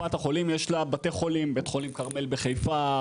קופת החולים יש לה בי חולים בית חולים "כרמל" בחיפה,